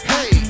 Hey